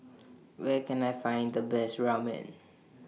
Where Can I Find The Best Ramen